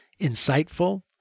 insightful